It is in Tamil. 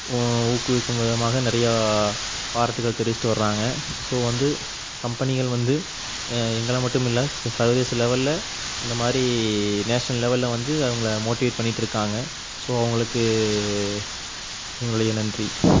ஊக்குவிக்கும் விதமாக நிறையா பாராட்டுகள் தெரிவிச்சுட்டு வர்றாங்க ஸோ வந்து கம்பெனிகள் வந்து ஏ எங்களை மட்டும் இல்லை சர்வதேச லெவலில் அந்தமாதிரி நேஷ்னல் லெவலில் வந்து அவங்களை மோட்டிவேட் பண்ணிட்டு இருக்காங்க ஸோ அவங்களுக்கு எங்களுடைய நன்றி